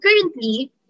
currently